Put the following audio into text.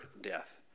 death